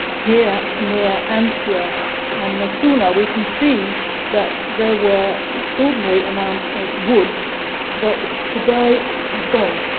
here near anzio and nettuno we can see that there were extraordinary amount of woods that today have gone.